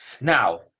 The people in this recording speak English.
Now